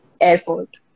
airport